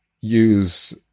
use